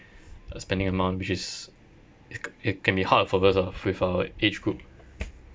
uh spending amount which is it it c~ it can be hard for us ah with our age group